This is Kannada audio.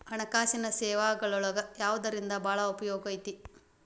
ಹಣ್ಕಾಸಿನ್ ಸೇವಾಗಳೊಳಗ ಯವ್ದರಿಂದಾ ಭಾಳ್ ಉಪಯೊಗೈತಿ?